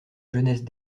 jeunesse